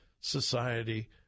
society